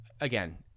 again